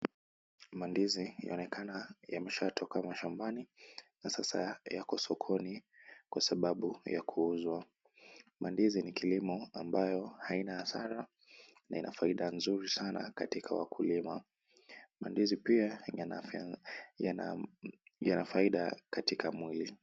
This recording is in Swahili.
Mandizi yaonekana yameshatoka mashambani na sasa yako sokoni kwa sababu ya kuuzwa. Mandizi ni kilimo ambayo haina hasara na ina faida nzuri sana katika wakulima. Mandizi pia yana faida katika mwili.